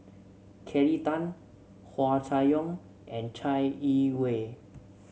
Kelly Tang Hua Chai Yong and Chai Yee Wei